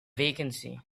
vacancy